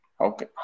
okay